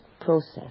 process